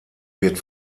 wird